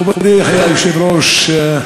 מכובדי היושב-ראש,